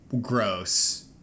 gross